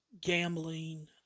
gambling